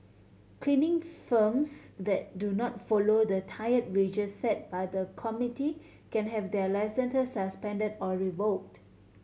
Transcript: cleaning firms that do not follow the tier wage set by the committee can have their licences suspended or revoked